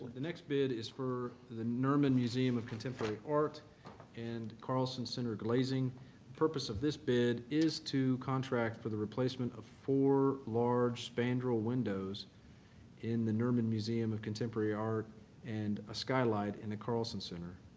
the next bid is for the nerman museum of contemporary art and carlsen center glazing. the purpose of this bid is to contract for the replacement of four large spandrel windows in the nerman museum of contemporary art and a skylight in the carlsen center.